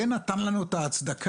זה נתן לנו את ההצדקה